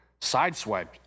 sideswiped